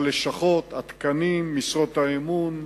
הלשכות, התקנים, משרות האמון,